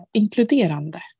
inkluderande